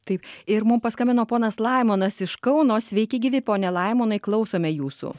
taip ir mum paskambino ponas laimonas iš kauno sveiki gyvi pone laimonai klausome jūsų